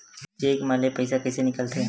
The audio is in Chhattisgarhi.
चेक म ले पईसा कइसे निकलथे?